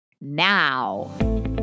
Now